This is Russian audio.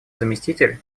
заместитель